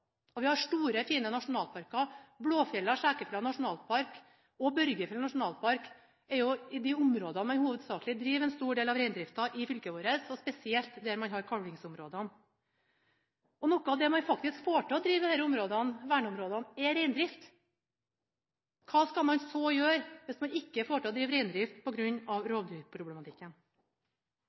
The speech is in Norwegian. Vi har store, fine nasjonalparker. Blåfjella–Skjækerfjella nasjonalpark og Børgefjell nasjonalpark er de områdene i fylket hvor man hovedsakelig driver med reindrift, og spesielt der man har kalvingsområdene. Noe av det man faktisk får til i disse verneområdene, er reindrift. Hva skal man så gjøre hvis man ikke får til å drive reindrift på grunn av rovdyrproblematikken?